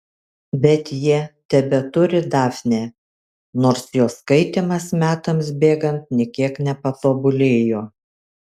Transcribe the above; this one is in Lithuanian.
bet jie tebeturi dafnę nors jos skaitymas metams bėgant nė kiek nepatobulėjo